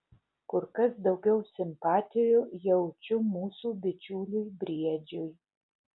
kur kas daugiau simpatijų jaučiu mūsų bičiuliui briedžiui